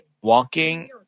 walking